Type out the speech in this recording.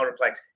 Motorplex